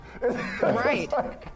Right